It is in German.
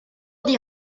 die